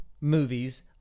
movies